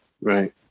Right